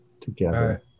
together